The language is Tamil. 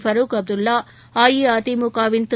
ஃபரூக் அப்துல்லா அஇஅதிமுகவின் திரு